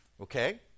Okay